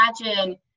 imagine